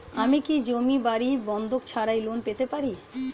আমি কি জমি বাড়ি বন্ধক ছাড়াই লোন পেতে পারি?